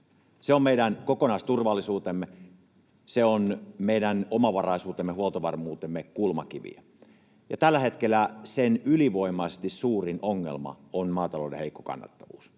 Se on meidän kokonaisturvallisuutemme, omavaraisuutemme ja huoltovarmuutemme kulmakiviä, ja tällä hetkellä sen ylivoimaisesti suurin ongelma on maatalouden heikko kannattavuus.